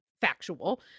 factual